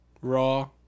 Raw